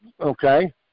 okay